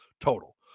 total